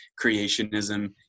creationism